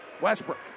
Westbrook